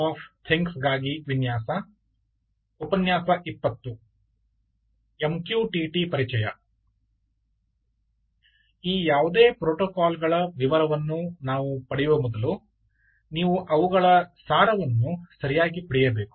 MQTT ಪರಿಚಯ ಈ ಯಾವುದೇ ಪ್ರೋಟೋಕಾಲ್ಗಳ ವಿವರವನ್ನು ನಾವು ಪಡೆಯುವ ಮೊದಲು ನೀವು ಅವುಗಳ ಸಾರವನ್ನು ಸರಿಯಾಗಿ ಪಡೆಯಬೇಕು